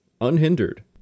unhindered